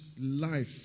life